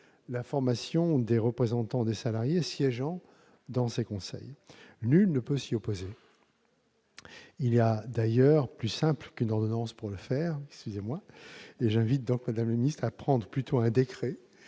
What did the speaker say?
la formation des représentants des salariés siégeant dans ces conseils. Nul ne peut s'y opposer. Il y a d'ailleurs plus simple qu'une ordonnance pour le faire : j'invite Mme la ministre à prendre un décret